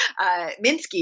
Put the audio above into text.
Minsky